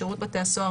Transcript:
שירות בתי הסוהר,